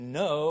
no